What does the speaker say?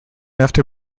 after